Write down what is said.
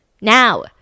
now